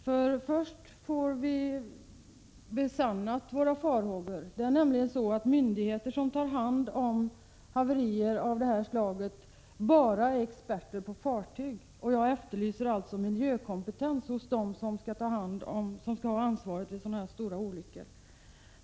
Först får vi våra farhågor besannade. Det är nämligen så att de myndigheter som har hand om haverier av det här slaget är experter endast på fartyg. Jag efterlyser miljökompetens hos dem som skall ha ansvaret vid så här stora olyckor.